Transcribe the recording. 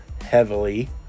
heavily